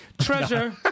Treasure